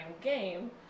game